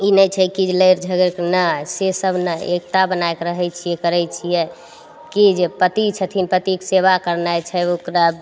ई नहि छै कि जे लड़ि झगड़िके नहि से सब नहि एकता बना कऽ रहय छियै करय छियै कि जे पति छथिन पतिके सेवा करनाइ छै ओकरा